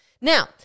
Now